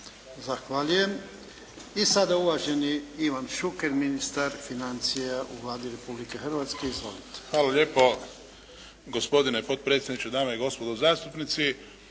Zahvaljujem. I sada uvaženi Ivan Šuker, ministar financija u Vladi Republike Hrvatske. Izvolite. **Šuker, Ivan (HDZ)** Hvala lijepo. Gospodine potpredsjedniče, dame i gospodo zastupnici.